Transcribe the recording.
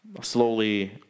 slowly